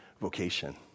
vocation